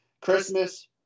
Christmas